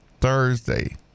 Thursday